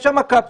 יש שם קפסולות,